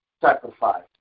sacrifice